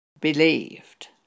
believed